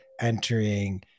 entering